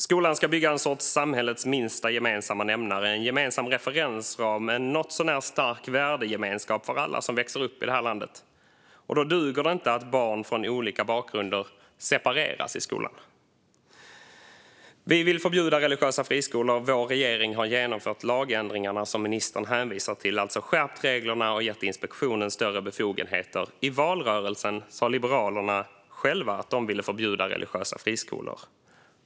Skolan ska bygga en sorts samhällets minsta gemensamma nämnare, en gemensam referensram och en något så när stark värdegemenskap för alla som växer upp i detta land. Då duger det inte att barn från olika bakgrunder separeras. Vi vill förbjuda religiösa friskolor. Vår regering har genomfört lagändringarna som ministern hänvisar till, alltså skärpt reglerna och gett Skolinspektionen större befogenheter. I valrörelsen sa Liberalerna själva att de vill förbjuda religiösa friskolor.